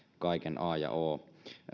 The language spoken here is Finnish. kaiken a ja o